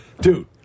Dude